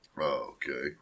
Okay